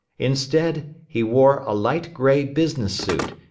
instead, he wore a light gray business suit,